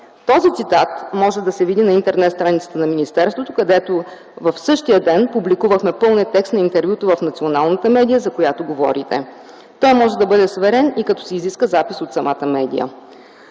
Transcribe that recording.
Този цитат може да се види на интернет-страницата на министерството, където в същия ден публикувахме пълния текст на интервюто в националната медия, за която говорите. Той може да бъде сверен и като се изиска записът от самата медия.